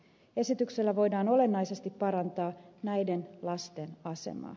esityksellä voidaan olennaisesti parantaa näiden lasten asemaa